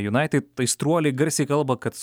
united aistruoliai garsiai kalba kad